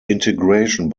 integration